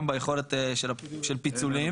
גם ביכולת של פיצולים,